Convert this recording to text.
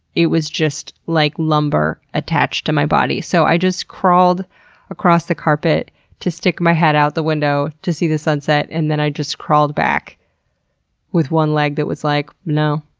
it was just like lumber attached to my body. so, i just crawled across the carpet to stick my head out the window to see the sunset and then i just crawled back with one leg that was just like, no.